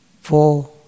four